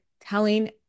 telling